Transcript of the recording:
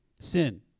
Sin